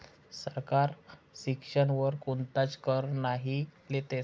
सरकार शिक्षण वर कोणताच कर नही लेतस